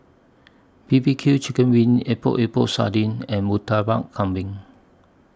B B Q Chicken Wings Epok Epok Sardin and Murtabak Kambing